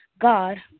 god